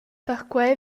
perquei